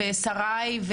ושריי,